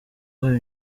wahawe